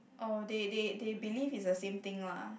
oh they they they believe it's the same thing lah